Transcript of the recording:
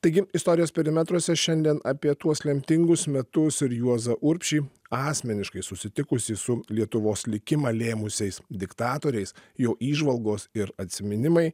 taigi istorijos perimetruose šiandien apie tuos lemtingus metus ir juozą urbšį asmeniškai susitikusį su lietuvos likimą lėmusiais diktatoriais jo įžvalgos ir atsiminimai